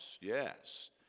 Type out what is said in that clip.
yes